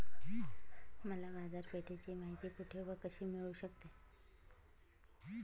मला बाजारपेठेची माहिती कुठे व कशी मिळू शकते?